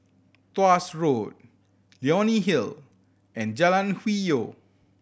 Tuas Road Leonie Hill and Jalan Hwi Yoh